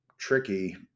tricky